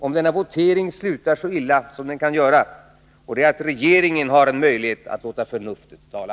Om denna votering slutar så illa som den kan göra, finns det fortfarand2 en möjlighet, nämligen att regeringen låter förnuftet tala.